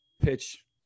pitch